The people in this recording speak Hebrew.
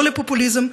לא לפופוליזם,